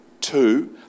Two